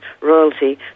royalty